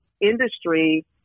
industry